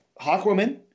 Hawkwoman